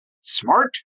Smart